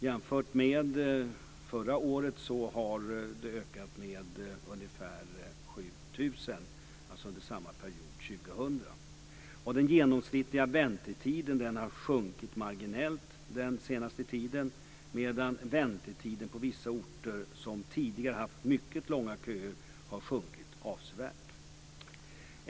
Jämfört med samma period 2000 har det ökat med ungefär 7 000. Den genomsnittliga väntetiden har sjunkit marginellt den senaste tiden, medan väntetiden på vissa orter, som tidigare haft mycket långa köer, har sjunkit avsevärt.